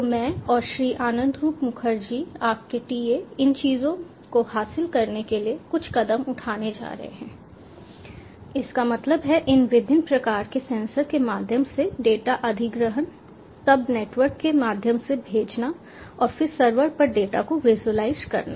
तो मैं और श्री आनंदरूप मुखर्जी आपके टीए इन चीजों को हासिल करने के लिए कुछ कदम उठाने जा रहे हैं इसका मतलब है इन विभिन्न प्रकार के सेंसर के माध्यम से डेटा अधिग्रहण तब नेटवर्क के माध्यम से भेजना और फिर सर्वर पर डेटा को विजुलाइज करना